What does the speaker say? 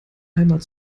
heimat